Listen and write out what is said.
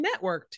networked